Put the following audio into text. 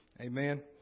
Amen